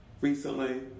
recently